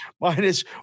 minus